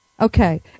Okay